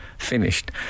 Finished